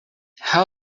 how